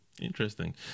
Interesting